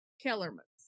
Kellerman's